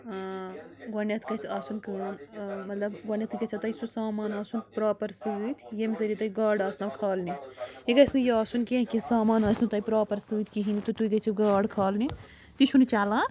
گۄڈٕنٮ۪تھ گژھِ آسُن کٲم مطلب گۄڈٕنٮ۪تھٕے گژھیو تۄہہِ سُہ سامان آسُن پرٛاپَر سۭتۍ ییٚمہِ سۭتۍ تہِ تۄہہِ گاڈٕ آسنو کھالنہِ یہِ گژھِ نہٕ یہِ آسُن کیٚنٛہہ کہِ سامان آسہِ نہٕ تۄہہِ پرٛاپَر سۭتۍ کِہیٖنۍ تہٕ تُہۍ گٔژھِو گاڈ کھالنہِ تہِ چھُنہٕ چَلان